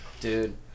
Dude